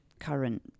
current